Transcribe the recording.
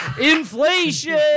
Inflation